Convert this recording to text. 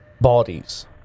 bodies